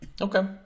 Okay